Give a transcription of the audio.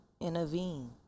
intervene